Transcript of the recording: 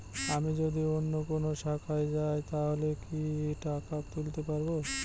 আমি যদি অন্য কোনো শাখায় যাই তাহলে কি টাকা তুলতে পারব?